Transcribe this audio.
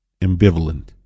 ambivalent